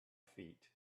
feet